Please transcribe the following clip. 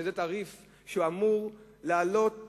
שזה תעריף שבו כל קוב אמור לעלות,